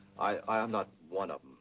i'm not one of